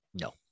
No